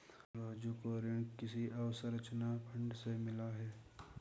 राजू को ऋण कृषि अवसंरचना फंड से मिला है